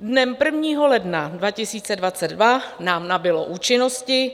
Dnem 1. ledna 2022 nám nabylo účinnosti: